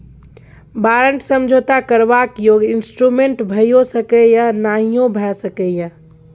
बारंट समझौता करबाक योग्य इंस्ट्रूमेंट भइयो सकै यै या नहियो भए सकै यै